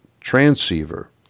transceiver